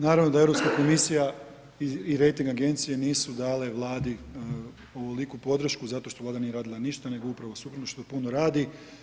Naravno da Europska komisija i rejting agencije nisu dali Vladi ovoliku podršku zato što Vlada nije radila ništa, nego upravo suprotno zato što puno radi.